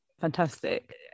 fantastic